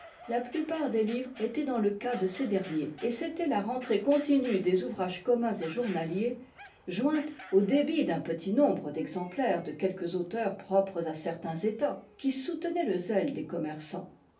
la plupart des livres étaient dans le cas de ces derniers et c'était la rentrée continue des ouvrages communs et journaliers jointe au débit d'un petit nombre d'exemplaires de quelques auteurs propres à certains états qui soutenait le zèle des commerçants